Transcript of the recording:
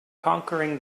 conquering